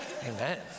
Amen